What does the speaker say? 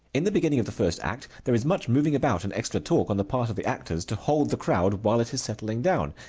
in the beginning of the first act there is much moving about and extra talk on the part of the actors, to hold the crowd while it is settling down,